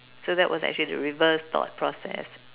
so that was actually the reverse thought process